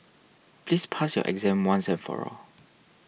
please pass your exam once and for all